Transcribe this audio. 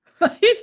right